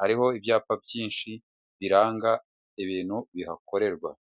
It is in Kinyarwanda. hariho ibyapa byinshi biranga ibintu bihakorerwa.